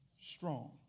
strong